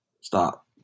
stop